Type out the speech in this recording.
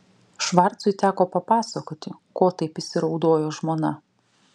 švarcui teko papasakoti ko taip įsiraudojo žmona